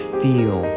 feel